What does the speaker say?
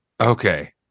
okay